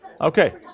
Okay